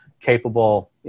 capable